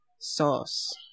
Sauce